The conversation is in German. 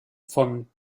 von